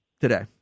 today